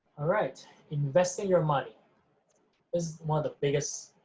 alright, investing your money is one of the biggest